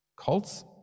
Cults